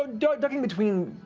ah duck duck in between,